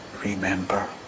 remember